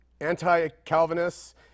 anti-Calvinists